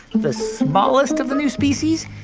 the smallest of the new species,